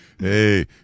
Hey